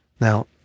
Now